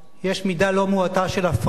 יש מידה לא מועטה של הפרזה,